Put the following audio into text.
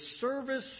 service